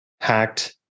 hacked